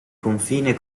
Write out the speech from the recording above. confine